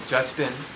Justin